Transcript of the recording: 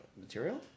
material